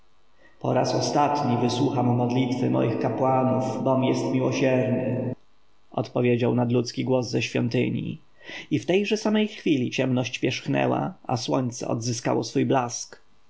po raz ostatni wysłucham modlitwy moich kapłanów bom jest miłosierny odpowiedział nadludzki głos ze świątyni i w tejże samej chwili ciemność pierzchnęła a słońce odzyskało swój blask